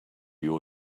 your